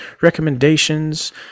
recommendations